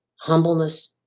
humbleness